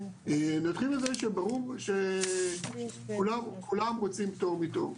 נתחיל מזה שברור שכולם רוצים פטור מתור,